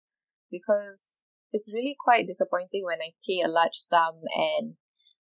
because it's really quite disappointing when I pay a large sum and